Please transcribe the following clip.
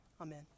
amen